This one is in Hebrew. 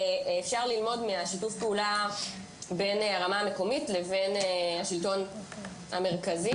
אפשר ללמוד משיתוף הפעולה בין הרמה המקומית לבין השלטון המרכזי,